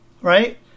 right